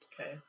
Okay